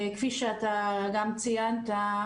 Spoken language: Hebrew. כפי שאתה גם ציינת,